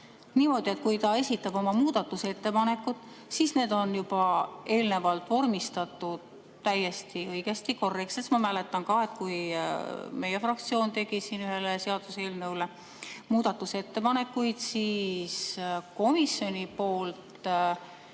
nii et kui ta esitab oma muudatusettepanekud, siis on need juba eelnevalt vormistatud täiesti õigesti, korrektselt. Ma mäletan, et kui meie fraktsioon tegi siin ühe seaduseelnõu kohta muudatusettepanekuid, siis komisjonis